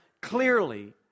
clearly